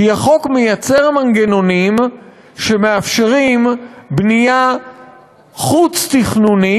כי החוק מייצר מנגנונים שמאפשרים בנייה חוץ-תכנונית,